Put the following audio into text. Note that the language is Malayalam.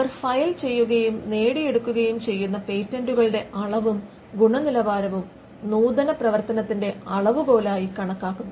അവർ ഫയൽ ചെയ്യുകയും നേടിയെടുക്കുകയും ചെയ്യുന്ന പേറ്റന്റുകളുടെ അളവും ഗുണനിലവാരവും നൂതന പ്രവർത്തനത്തിന്റെ അളവുകോലായി കണക്കാക്കുന്നു